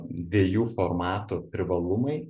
dviejų formatų privalumai